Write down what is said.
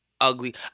ugly